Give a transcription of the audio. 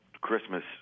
Christmas